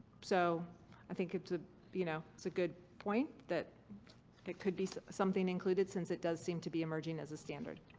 so i think it's a, you know, it's a good point that could be something included since it does seem to be emerging as a standard.